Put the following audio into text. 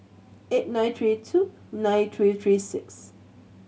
eight nine three two nine three three six